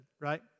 right